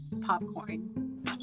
popcorn